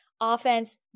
offense